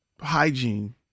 hygiene